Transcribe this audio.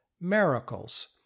miracles